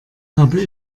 habe